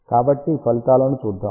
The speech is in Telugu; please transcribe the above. కాబట్టి ఫలితాలను చూద్దాం